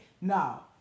No